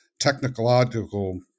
technological